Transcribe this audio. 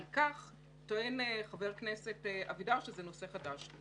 על כך טוען חבר הכנסת אבידר שזה נושא חדש.